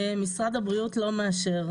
משרד הבריאות לא מאשר.